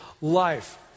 life